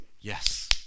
yes